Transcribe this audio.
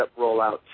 rollout